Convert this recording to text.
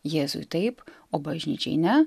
jėzui taip o bažnyčiai ne